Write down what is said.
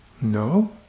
No